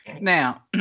Now